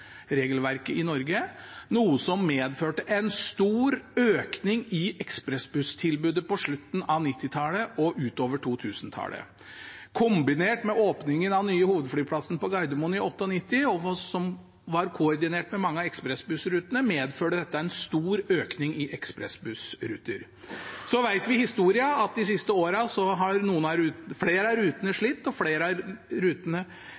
i Norge, noe som medførte en stor økning i ekspressbusstilbudet på slutten av 1990-tallet og utover 2000-tallet. Kombinert med åpningen av den nye hovedflyplassen på Gardermoen i 1998, som var koordinert med mange av ekspressbussrutene, medførte dette en stor økning i ekspressbussruter. Så kjenner vi historien, at de siste årene har flere av rutene slitt, og flere av rutene